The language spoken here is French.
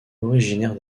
originaire